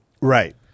Right